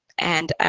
and